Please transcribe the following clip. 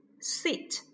sit